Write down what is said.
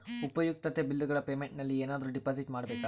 ಉಪಯುಕ್ತತೆ ಬಿಲ್ಲುಗಳ ಪೇಮೆಂಟ್ ನಲ್ಲಿ ಏನಾದರೂ ಡಿಪಾಸಿಟ್ ಮಾಡಬೇಕಾ?